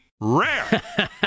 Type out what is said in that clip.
rare